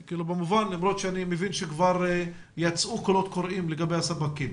למרות שאני מבין שכבר יצאו קולות קוראים לגבי הספקים.